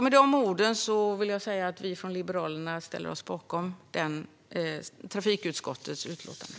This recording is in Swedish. Med dessa ord vill jag säga att vi i Liberalerna ställer oss bakom trafikutskottets utlåtande.